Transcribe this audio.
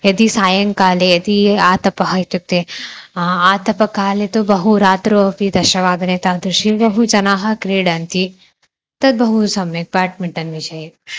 यदि सायङ्काले यदि आतपः इत्युक्ते आतपकाले तु बहु रात्रौ अपि दशवादने तादृशाः बहवः जनाः क्रीडन्ति तद् बहु सम्यक् बेट्मिण्टन्विषये